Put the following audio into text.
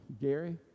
Gary